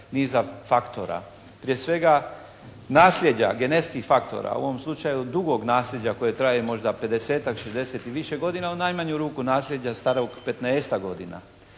niza faktora. Prije svega, nasljeđa, genetskih faktora. U ovom slučaju dugog nasljeđa koje traje možda pedesetak, šezdeset i više godina, u najmanju ruku nasljeđa starog petnaestak godina.